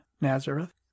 Nazareth